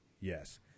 Yes